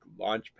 Launchpad